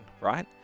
right